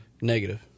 Negative